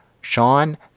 sean